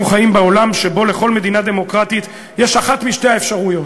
אנחנו חיים בעולם שבו לכל מדינה דמוקרטית יש אחת משתי אפשרויות,